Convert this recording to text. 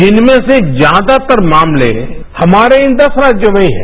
जिनमें से ज्यादातर मामले हमारे इन दस राज्योमें ही हैं